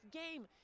game